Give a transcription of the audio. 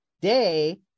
day